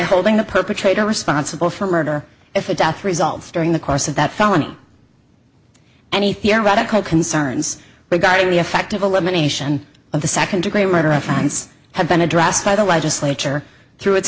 holding the perpetrator responsible for murder if a death results during the course of that felony any theoretical concerns regarding the effect of elimination of the second degree murder of france had been addressed by the legislature through it